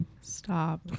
Stop